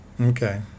Okay